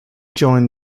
joined